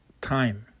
time